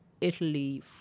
Italy